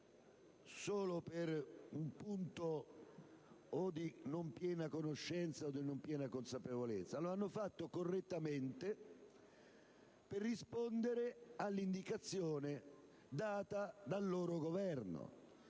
solo per una non piena conoscenza o consapevolezza: l'hanno fatto correttamente per rispondere all'indicazione data dal loro Governo.